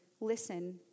listen